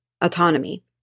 autonomy